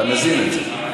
אתה מזין את זה.